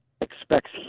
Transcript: expects